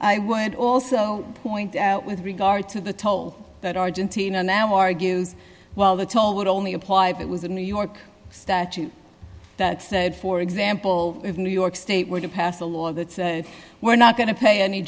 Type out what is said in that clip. i would also point out with regard to the toll that argentina now argues well the toll would only apply if it was a new york statute that said for example new york state were to pass a law that we're not going to pay any